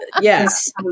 yes